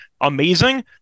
amazing